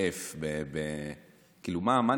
או WTF. כאילו, מה נסגר?